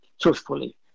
truthfully